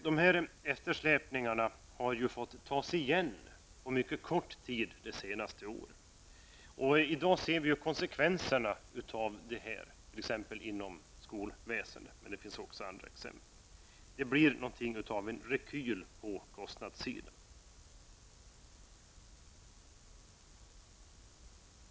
Dessa eftersläpningar har på mycket kort tid måst tas igen under de senaste åren. I dag ser vi konsekvenserna av detta, exempelvis inom skolväsendet -- det finns också andra exempel. Det blir någonting av en rekyl på kostnadssidan.